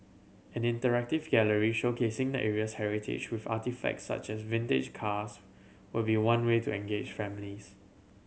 an interactive gallery showcasing the area's heritage with artefacts such as vintage cars will be one way to engage families